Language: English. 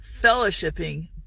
fellowshipping